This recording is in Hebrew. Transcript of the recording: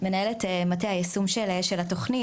מנהלת מטה היישום של התוכנית,